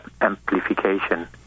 amplification